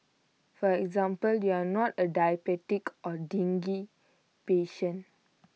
for example you are not A diabetic or dengue patient